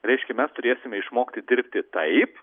reiškia mes turėsime išmokti dirbti taip